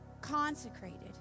consecrated